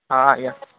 ହଁ ଆଜ୍ଞାଁ